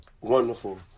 Wonderful